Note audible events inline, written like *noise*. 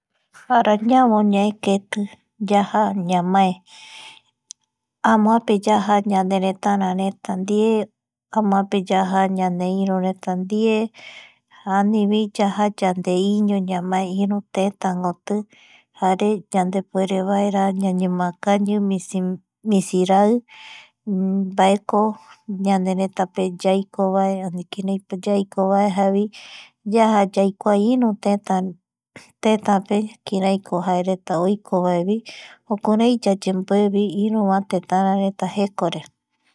Arañavo ñae keti yaja ñamae *noise* amoape yaja ñaneretara reta ndie *noise* amopae yaja ñaneirureta ndie *noise* anivi yaja yandeiño ñamae iru tetamgoti jare yandepuerevaera *noise* ñañaemoakañi *noise* misi rai mbaeko ñaneretape yaiko vae kiraiko yaikovae javoi yaja yaikua iru teta pe kiaraiko jaereta oikovae jarevi jukurai yaemboe iruva tetarareta jekore *noise*